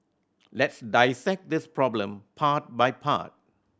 let's dissect this problem part by part